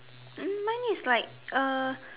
mine is like uh